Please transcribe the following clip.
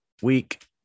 week